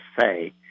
say